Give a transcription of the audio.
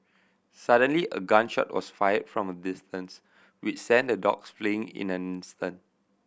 suddenly a gun shot was fired from a distance which sent the dogs fleeing in an instant